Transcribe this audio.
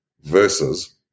Versus